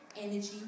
energy